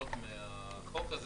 הנגזרות מהחוק הזה,